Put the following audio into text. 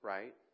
Right